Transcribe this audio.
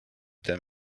them